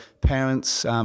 parents